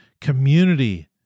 community